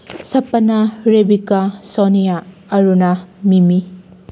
ꯁꯄꯅꯥ Rebecca Sonia Aruna ꯃꯤꯃꯤ